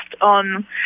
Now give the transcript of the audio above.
on